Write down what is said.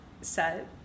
set